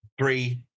Three